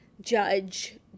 judge